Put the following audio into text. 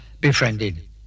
befriended